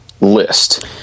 list